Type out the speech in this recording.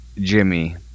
Jimmy